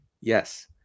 Yes